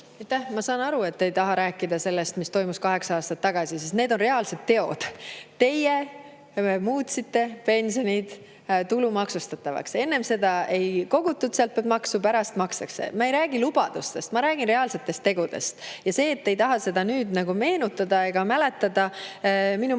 Ma saan aru, et te ei taha rääkida sellest, mis toimus kaheksa aastat tagasi, aga need on reaalsed teod. Teie muutsite pensionid tulumaksustatavaks. Enne seda ei kogutud nende pealt maksu, pärast [koguti]. Ma ei räägi lubadustest, ma räägin reaalsetest tegudest. See, et te ei taha seda nüüd meenutada ega mäletada, minu